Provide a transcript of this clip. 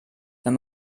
wenn